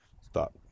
stop